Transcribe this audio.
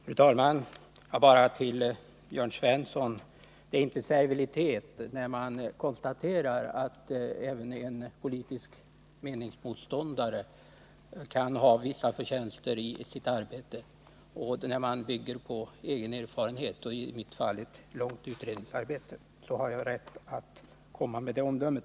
Fru talman! Det är inte servilitet, Jörn Svensson, när man konstaterar att även en politisk meningsmotståndare kan ha vissa förtjänster i sitt arbete. När man bygger på egen erfarenhet, i mitt fall ett långt utredningsarbete, har man rätt att komma med ett omdöme.